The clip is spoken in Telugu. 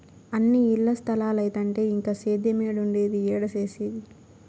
అన్నీ ఇల్ల స్తలాలైతంటే ఇంక సేద్యేమేడుండేది, ఏడ సేసేది